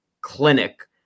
clinic